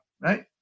right